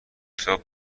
صبح